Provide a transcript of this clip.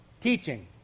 teaching